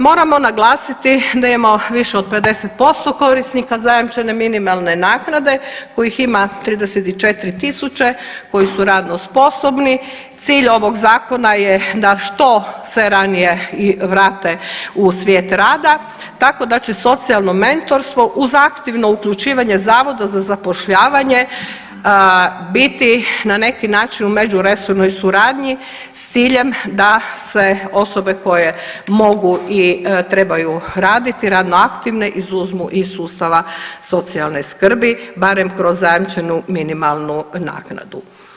Moramo naglasiti da imamo više od 50% korisnika zajamčene minimalne naknade kojih ima 34.000 koji su radno sposobni, cilj ovog zakona je da što se ranije i vrate u svijet rada tako da će socijalno mentorstvo uz aktivno uključivanje Zavoda za zapošljavanje biti na neki način u međuresornoj suradnji s ciljem da se osobe koje mogu i trebaju raditi, radno aktivne izuzmu iz sustava socijalne skrbi, barem kroz zajamčenu minimalnu naknadu.